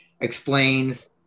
explains